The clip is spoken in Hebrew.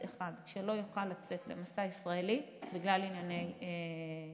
אחד שלא יוכל לצאת למסע ישראלי בגלל ענייני תשלום.